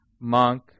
monk